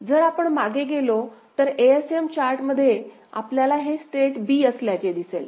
जर आपण मागे गेलो तर ASM चार्ट मध्ये आपल्याला हे स्टेट b असल्याचे दिसेल